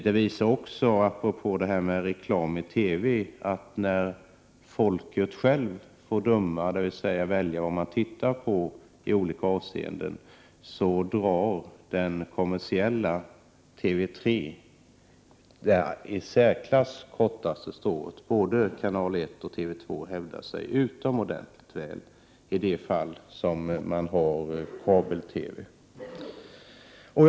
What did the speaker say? Apropå reklam i TV är att märka att när folket självt får välja program, drar den kommersiella kanalen TV 3 det i särklass kortaste strået. Både TV 1 och TV 2 hävdar sig utomordenligt väl i de fall då det finns kabel-TV.